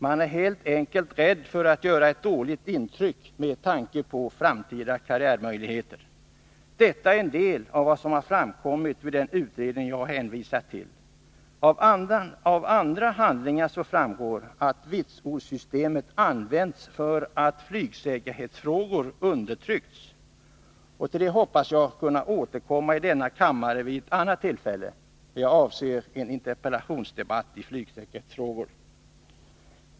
Man är helt enkelt rädd för att göra ett dåligt intryck med tanke på framtida karriärmöjligheter. Detta är en del av vad som har framkommit vid den utredning som jag har hänvisat till. Av andra handlingar framgår att vitsordssystemet har medfört att flygsäkerhetsfrågor har undertryckts. Till detta hoppas jag kunna återkomma i denna kammare vid ett annat tillfälle — i en interpellationsdebatt om flygsäkerhetsfrågor.